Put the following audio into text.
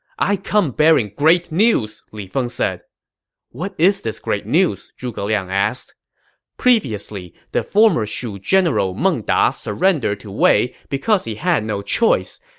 i come bearing great news! li feng said what is this great news? zhuge liang asked previously, the former shu general meng da surrendered to wei because he had no choice.